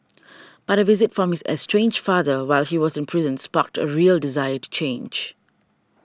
but a visit from his estranged father while he was in prison sparked a real desire to change